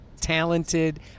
talented